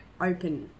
open